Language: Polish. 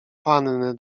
panny